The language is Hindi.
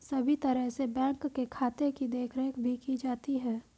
सभी तरह से बैंक के खाते की देखरेख भी की जाती है